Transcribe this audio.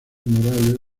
murales